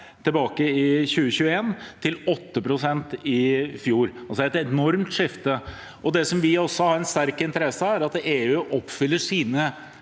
tilbake i 2021 til 8 pst. i fjor. Det er et enormt skifte. Det vi også har en sterk interesse av, er at EU oppfyller sine